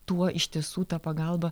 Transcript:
tuo iš tiesų ta pagalba